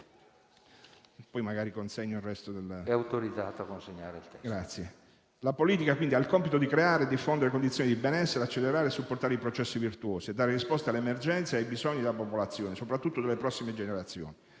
La politica ha quindi il compito di creare e diffondere condizioni di benessere, accelerare e supportare i processi virtuosi, dare risposta all'emergenza e ai bisogni della popolazione, soprattutto delle prossime generazioni.